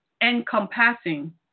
encompassing